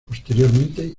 posteriormente